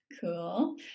Cool